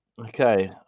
okay